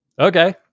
Okay